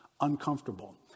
uncomfortable